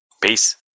Peace